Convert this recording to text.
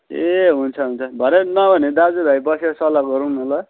ए हुन्छ हुन्छ भरे नभने दाजुभाइ बसेर सल्लाह गरौँ न ल